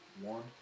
One